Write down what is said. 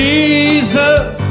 Jesus